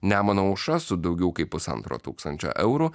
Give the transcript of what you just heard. nemano aušra su daugiau kaip pusantro tūkstančio eurų